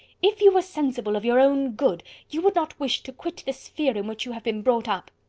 if you were sensible of your own good, you would not wish to quit the sphere in which you have been brought up.